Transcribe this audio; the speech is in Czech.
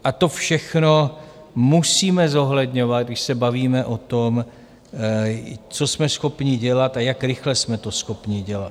A to všechno musíme zohledňovat, když se bavíme o tom, co jsme schopni dělat a jak rychle jsme to schopni dělat.